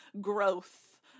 growth